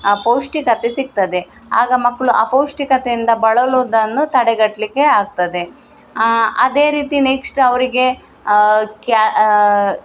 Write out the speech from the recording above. ಪೌಷ್ಟಿಕತೆ ಸಿಗ್ತದೆ ಆಗ ಮಕ್ಕಳು ಅಪೌಷ್ಟಿಕತೆಯಿಂದ ಬಳಲುವುದನ್ನು ತಡೆಗಟ್ಟಲಿಕ್ಕೆ ಆಗ್ತದೆ ಅದೇ ರೀತಿ ನೆಕ್ಸ್ಟ್ ಅವ್ರಿಗೆ ಕ್ಯಾ